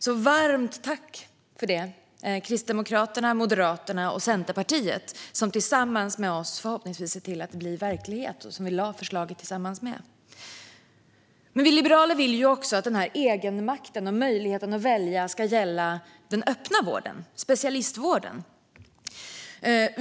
Jag vill rikta ett varmt tack till Kristdemokraterna, Moderaterna och Centerpartiet, som tillsammans med oss sett till att detta förhoppningsvis blir verklighet och som vi lade fram förslaget tillsammans med. Vi liberaler vill dock att denna egenmakt, denna möjlighet att välja, också ska gälla den öppna vården, specialistvården.